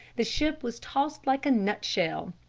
the ship was tossed like a nutshell.